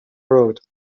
road